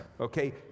okay